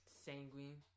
Sanguine